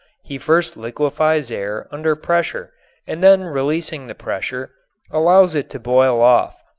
he first liquefies air under pressure and then releasing the pressure allows it to boil off.